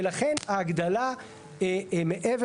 ולכן ההגדלה מעבר,